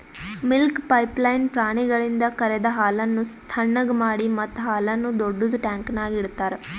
milk pipeline ಪ್ರಾಣಿಗಳಿಂದ ಕರೆದ ಹಾಲನ್ನು ಥಣ್ಣಗ್ ಮಾಡಿ ಮತ್ತ ಹಾಲನ್ನು ದೊಡ್ಡುದ ಟ್ಯಾಂಕ್ನ್ಯಾಗ್ ಇಡ್ತಾರ